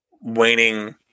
waning